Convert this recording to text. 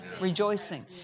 Rejoicing